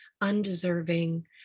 undeserving